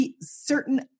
certain